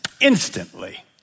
instantly